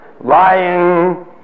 lying